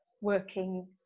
working